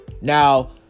Now